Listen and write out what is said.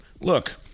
look